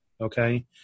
Okay